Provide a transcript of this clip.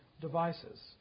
devices